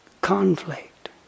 conflict